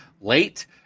late